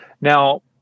Now